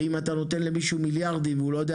אם אתה נותן למישהו מיליארדים אבל הוא לא יודע